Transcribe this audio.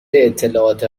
اطلاعات